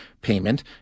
payment